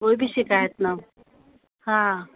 कोई बि शिकायतु न हा